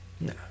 No